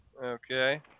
okay